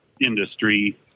industry